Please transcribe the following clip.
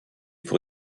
pour